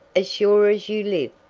as sure as you live,